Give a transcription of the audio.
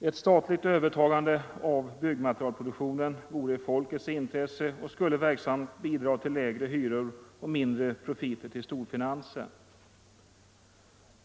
Ett statligt övertagande av byggmaterialproduktionen vore i folkets intresse och skulle verksamt bidra till lägre hyror och mindre profiter till storfinansen.